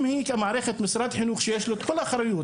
אם היא כמערכת משרד החינוך שיש לו את כל האחריות